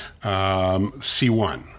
C1